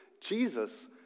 Jesus